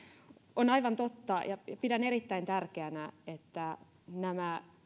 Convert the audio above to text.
on aivan totta ja pidän erittäin tärkeänä että